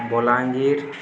Balangir